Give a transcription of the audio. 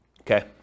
Okay